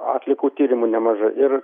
atliku tyrimu nemažai ir